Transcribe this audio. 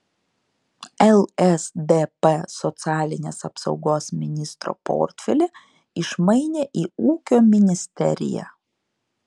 lsdp socialinės apsaugos ministro portfelį išmainė į ūkio ministeriją